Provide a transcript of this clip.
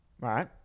Right